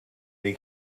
they